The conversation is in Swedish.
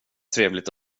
trevligt